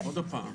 עוד הפעם.